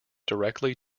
directly